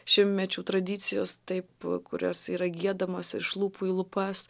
šimtmečių tradicijos taip kurios yra giedamos iš lūpų į lūpas